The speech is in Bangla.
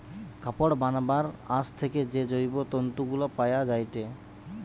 কাপড় বানাবার আঁশ থেকে যে জৈব তন্তু গুলা পায়া যায়টে